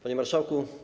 Panie Marszałku!